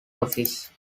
office